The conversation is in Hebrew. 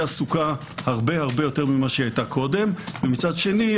עסוקה הרבה הרבה יותר ממה שהיא הייתה קודם; ומצד שני,